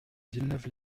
villeneuve